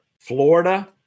Florida